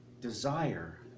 desire